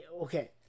okay